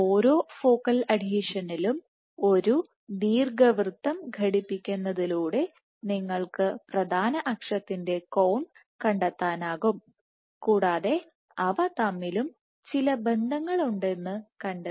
ഓരോ ഫോക്കൽ അഡ്ഹീഷനിലും ഒരു ദീർഘവൃത്തം ഘടിപ്പിക്കുന്നതിലൂടെ നിങ്ങൾക്ക് പ്രധാന അക്ഷത്തിൻറെ കോൺ കണ്ടെത്താനാകും കൂടാതെ അവ തമ്മിലും ചില ബന്ധങ്ങളുണ്ടെന്ന് കണ്ടെത്തി